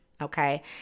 okay